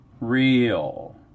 Real